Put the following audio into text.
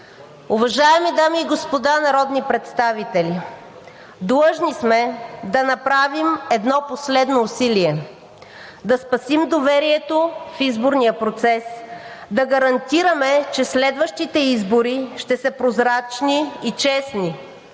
Уважаеми дами и господа народни представители, длъжни сме да направим едно последно усилие – да спасим доверието в изборния процес, да гарантираме, че следващите избори ще са прозрачни и честни